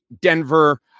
Denver